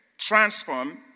transform